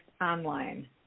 online